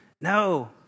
No